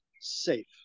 safe